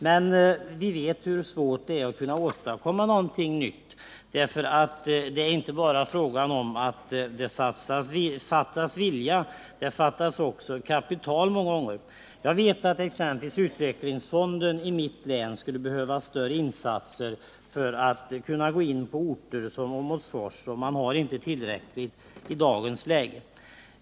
Men vi vet hur svårt det är att åstadkomma något nytt. Det är inte bara fråga om att det fattas vilja, det fattas också kapital många gånger. Jag vet att t.ex. utvecklingsfonden i mitt län skulle behöva större resurser för att kunna gå in på orter som Åmotfors. Man har inte tillräckliga medel i dagens läge.